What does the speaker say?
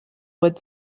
would